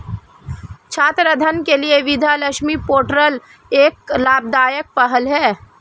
छात्र ऋण के लिए विद्या लक्ष्मी पोर्टल एक लाभदायक पहल है